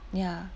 ya